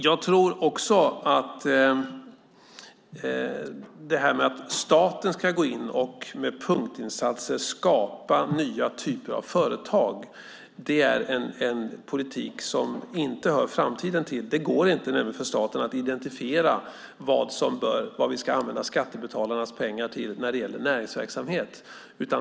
Jag tror också att det här med att staten ska gå in och med punktinsatser skapa nya typer av företag är en politik som inte hör framtiden till. Staten kan nämligen inte identifiera vad vi ska använda skattebetalarnas pengar till när det gäller näringsverksamhet.